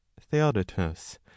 Theodotus